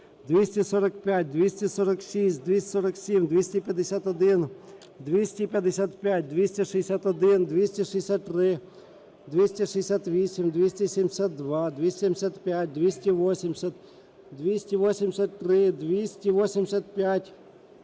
245, 246, 247, 251, 255, 261, 263, 268, 272, 275, 280, 283, 285,